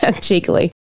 cheekily